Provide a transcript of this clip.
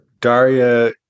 Daria